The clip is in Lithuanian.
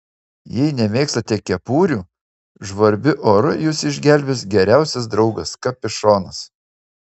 jei nemėgstate kepurių žvarbiu oru jus išgelbės geriausias draugas kapišonas